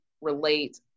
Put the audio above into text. relate